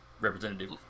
representative